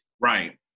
Right